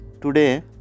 today